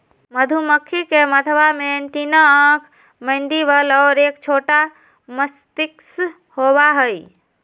मधुमक्खी के मथवा में एंटीना आंख मैंडीबल और एक छोटा मस्तिष्क होबा हई